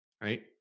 right